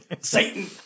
Satan